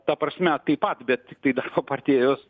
ta prasme taip pat bet tiktai darbo partijos